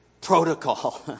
protocol